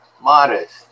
modest